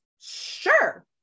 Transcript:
Sure